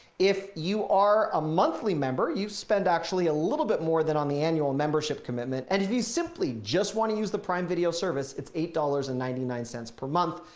if you are a monthly member, you spend actually a little bit more than on the annual membership commitment and if you simply just want to use the prime video service, it's eight dollars and ninety nine cents per month,